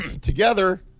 together